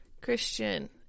Christian